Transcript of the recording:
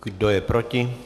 Kdo je proti?